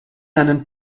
einen